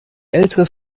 ältere